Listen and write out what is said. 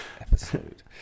episode